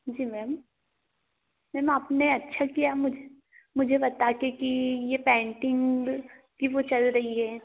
जी ma'am ma'am आपने अच्छा किया मुझे मुझे बता के कि ये पेंटिग की वो चल रही है